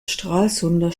stralsunder